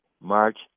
March